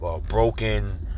broken